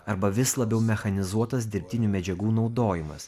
arba vis labiau mechanizuotas dirbtinių medžiagų naudojimas